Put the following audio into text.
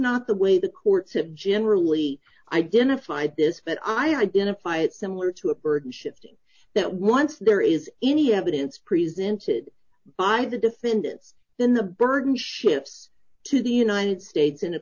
not the way the courts have generally identified this but i identify it similar to a burden shifting that once there is any evidence presented by the defendants then the burden shifts to the united states in a